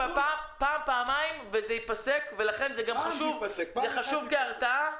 פעם ופעמיים וזה ייפסק, ולכן זה חשוב להרתעה.